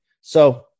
So-